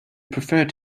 preferred